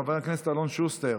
חבר הכנסת אלון שוסטר,